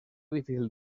difícil